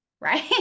right